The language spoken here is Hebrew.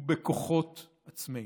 ובכוחות עצמנו.